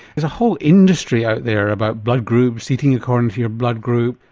there's a whole industry out there about blood groups, eating according to your blood group,